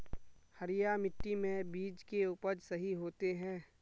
हरिया मिट्टी में बीज के उपज सही होते है?